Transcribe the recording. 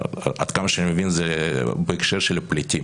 עד כמה שאני מבין זה בהקשר של הפליטים.